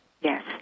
Yes